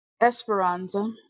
Esperanza